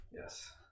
Yes